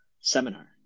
seminar